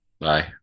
Bye